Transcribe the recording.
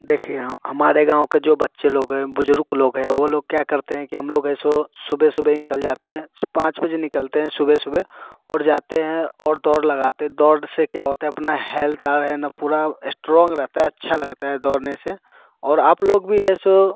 देखिए हमारे गाँव के जो बच्चे लोग हैं बुजुर्ग लोग हैं वो लोग क्या करते हैं कि हम लोग ऐसे सुबह सुबह निकल जाते हैं पाँच बजे निकलते हैं सुबह सुबह और जाते हैं और दौड़ लगाते हैं दौड़ से क्या होता है अपना हेल्थ आर है पूरा एस्ट्रांग रहता है अच्छा लगता है दौड़ने से और आप लोग भी ऐसे